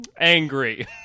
angry